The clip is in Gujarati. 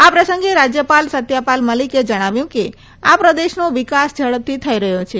આ પ્રસંગે રાજ્યપાલ સત્યપાલ મલીકે જણાવ્યું કે આ પ્રદેશનો વિકાસ ઝડપથી થઈ રહ્યો છે